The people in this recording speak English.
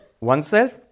oneself